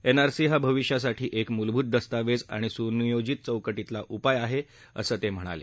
NRC हा भविष्यासाठी एक मूलभूत दस्तावेज आणि सुनियोजित चौकटीतला उपाय आहे असत्ति म्हणाले